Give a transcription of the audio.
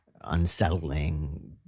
unsettling